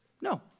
No